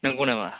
नोंगौ नामा